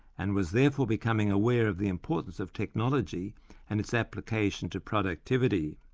and was therefore becoming aware of the importance of technology and its application to productivity.